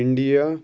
India